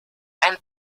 ein